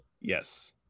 yes